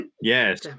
Yes